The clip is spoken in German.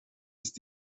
ist